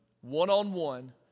one-on-one